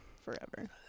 forever